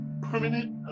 permanent